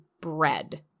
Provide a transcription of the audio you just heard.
bread